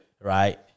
right